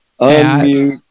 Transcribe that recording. unmute